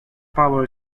power